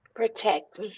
Protect